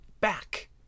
back